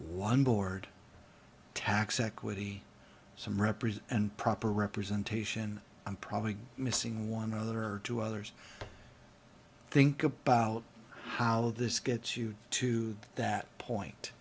one board tax equity some represent and proper representation i'm probably missing one other or two others think about how this gets you to that point